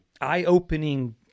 eye-opening